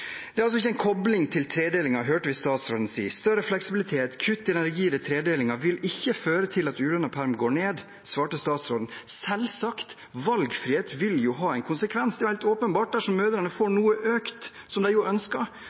Det er altså ikke en kobling til tredelingen, hørte vi statsråden si. Større fleksibilitet og kutt i den rigide tredelingen vil ikke føre til at ulønnet perm går ned, svarte statsråden. Men selvsagt vil valgfrihet ha en konsekvens, det er helt åpenbart. Dersom mødrene får sin del noe økt, som de ønsker,